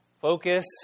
focus